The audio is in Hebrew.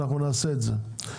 ואנחנו נעשה את זה.